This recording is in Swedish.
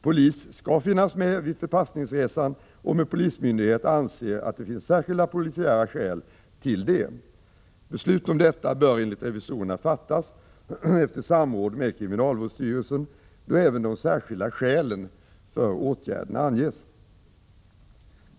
Polis skall finnas med vid förpassningsresan om en polismyndighet anser att det finns särskilda polisiära skäl till det. Beslut om detta bör enligt revisorerna fattas efter samråd med kriminalvårdsstyrelsen, då även de särskilda skälen för åtgärden anges.